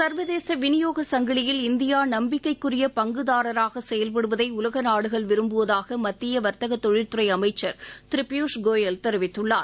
சர்வதேச விநியோக சங்கிலியில் இந்தியா நம்பிக்கைக்குரிய பங்குதாரராக செயல்படுவதை உலக நாடுகள் விரும்புவதாக மத்திய வர்த்தகத் தொழில்துறை அமைச்சர் திரு பியூஷ் கோயல் தெரிவித்துள்ளார்